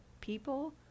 people